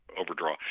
Overdraw